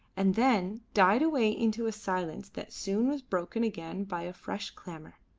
and then died away into a silence that soon was broken again by a fresh clamour.